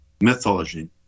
mythology